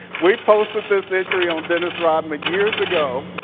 we posted this entry on dennis rodman years ago.